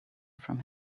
from